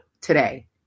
today